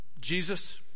Jesus